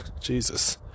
Jesus